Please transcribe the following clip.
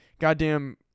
goddamn